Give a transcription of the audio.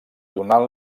donant